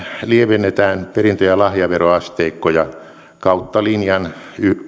lievennetään perintö ja lahjaveroasteikkoja kautta linjan